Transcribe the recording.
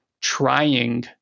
trying